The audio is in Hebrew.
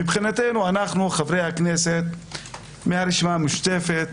מבחינתנו, חברי הכנסת של הרשימה המשותפת,